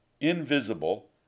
invisible